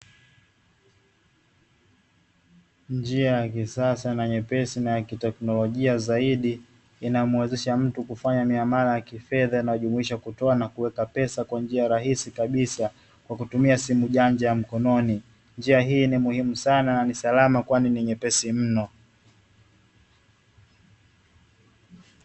njia ya kisasa na nyepesi na ya kiteknolojia zaidi inayomuwezesha mtu kufanya miamala ya kifedha inayojumuisha kutoa na kuweka pesa kwa njia rahisi kabisa kwa kutumia simu janja ya mkononi, njia hii ni muhimu sana na ni salama kwani ni nyepesi mno.